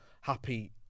happy